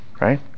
right